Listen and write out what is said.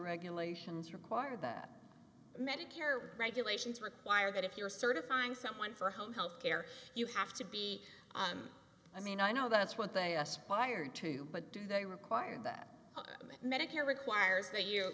regulations require that medicare regulations require that if you're certifying someone for home health care you have to be i mean i know that's what they aspired to but do they require that medicare requires